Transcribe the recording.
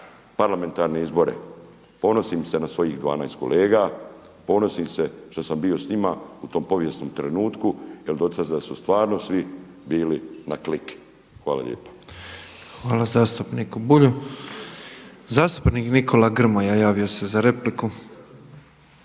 parlamentarne izbore. Ponosim se na svojih 12 kolega, ponosim se što sam bio s njima u tom povijesnom trenutku jer do tada su stvarno svi bili na klik. Hvala lijepo. **Petrov, Božo (MOST)** Hvala zastupniku Bulju. Zastupnik Nikola Grmoja javio se za repliku.